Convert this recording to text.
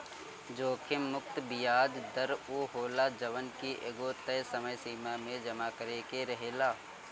जोखिम मुक्त बियाज दर उ होला जवन की एगो तय समय सीमा में जमा करे के रहेला